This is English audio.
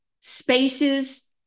spaces